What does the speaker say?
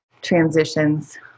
Transitions